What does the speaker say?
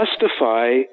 justify